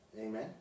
Amen